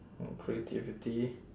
creativity